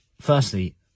firstly